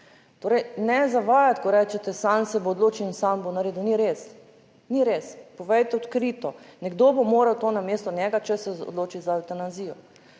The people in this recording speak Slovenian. Torej, ne zavajati, ko rečete, sam se bo odločil in sam bo naredil, ni res, ni res. Povejte odkrito, nekdo bo moral to namesto njega, če se odloči za evtanazijo